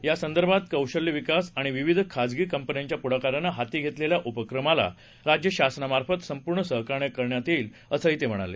या संदर्भात कौशल्य विकास विभाग आणि विविध खासगी कंपन्यांच्या पुढाकारानं हाती घेतलेल्या उपक्रमाला राज्य शासनामार्फत संपूर्ण सहकार्य करण्यात येईल असंही त्यांनी सांगितलं